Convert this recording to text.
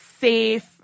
safe